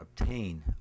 obtain